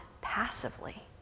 passively